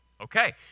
Okay